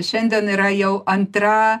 šiandien yra jau antra